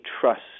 trust